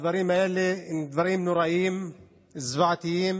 הדברים האלה הם דברים נוראיים, זוועתיים,